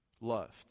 lust